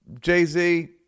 Jay-Z